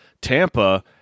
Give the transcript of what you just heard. Tampa